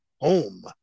home